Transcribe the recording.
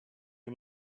you